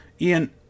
Ian